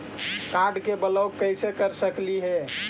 Card के block कैसे कर सकली हे?